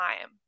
time